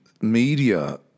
media